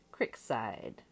Crickside